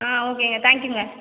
ஆ ஓகேங்க தேங்க்யூங்க